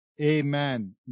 Amen